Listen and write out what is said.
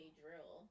drill